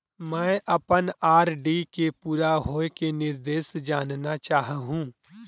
मैं अपन आर.डी के पूरा होये के निर्देश जानना चाहहु